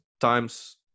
times